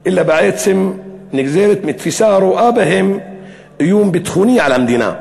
אלא בעצם נגזרת מתפיסה הרואה בהם איום ביטחוני על המדינה.